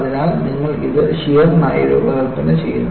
അതിനാൽ നിങ്ങൾ ഇത് ഷിയർനായി രൂപകൽപ്പന ചെയ്യുന്നു